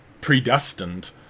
predestined